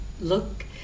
look